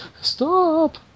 Stop